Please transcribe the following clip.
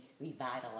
revitalize